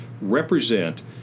represent